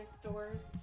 stores